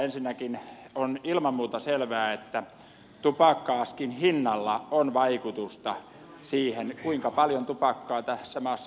ensinnäkin on ilman muuta selvää että tupakka askin hinnalla on vaikutusta siihen kuinka paljon tupakkaa tässä maassa myydään